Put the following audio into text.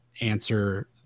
answer